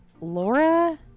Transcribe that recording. Laura